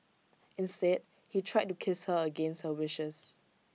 instead he tried to kiss her against her wishes